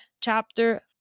chapter